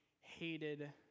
hated